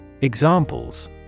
Examples